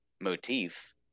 motif